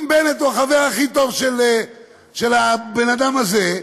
אם בנט הוא החבר הכי טוב של הבן אדם הזה,